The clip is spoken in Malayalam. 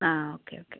ആ ഓക്കേ ഓക്കേ